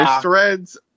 threads